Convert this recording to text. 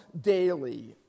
daily